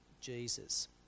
Jesus